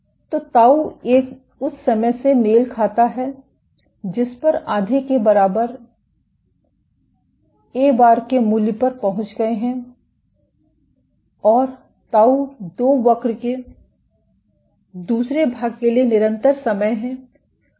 तो ताऊ 1 उस समय से मेल खाता है जिस पर आप आधे के बराबर ए बार के मूल्य पर पहुंच गए हैं और ताऊ 2 वक्र के दूसरे भाग के लिए निरंतर समय है